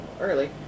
early